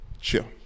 chill